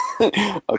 Okay